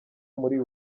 muri